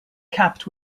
capped